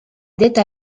dette